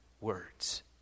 words